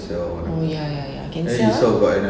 oh ya ya ya can sell ah